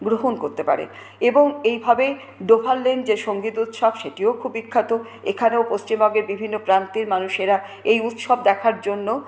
গ্রহণ করতে পারে এবং এইভাবে ডোভার লেন যে সঙ্গীত উৎসব সেটিও খুব বিখ্যাত এখানেও পশ্চিমবঙ্গের বিভিন্ন প্রান্তের মানুষরা এই উৎসব দেখার জন্য